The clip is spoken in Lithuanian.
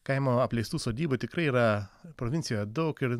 kaimo apleistų sodybų tikrai yra provincijoje daug ir